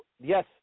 yes